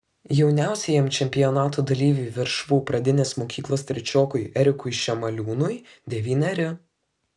jauniausiajam čempionato dalyviui veršvų pradinės mokyklos trečiokui erikui šemaliūnui devyneri